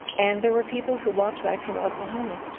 and there were people who walked back from oklahoma.